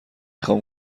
خوام